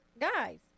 guys